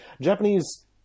japanese